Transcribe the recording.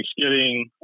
Thanksgiving